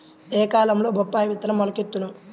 ఏ కాలంలో బొప్పాయి విత్తనం మొలకెత్తును?